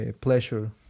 pleasure